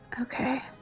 okay